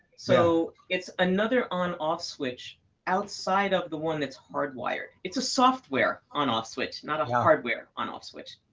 so it's another on off switch outside of the one that's hardwired. it's a software on off switch not a hardware on off switch.